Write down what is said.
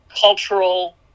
cultural –